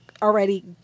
already